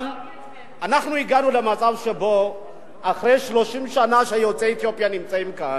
אבל אנחנו הגענו למצב שבו אחרי 30 שנה שיוצאי אתיופיה נמצאים כאן,